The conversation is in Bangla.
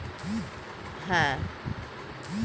টাকা কড়ি বিনিয়োগ করবো যদিও তার অনেক ঝুঁকি থাকতে পারে